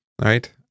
right